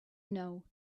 know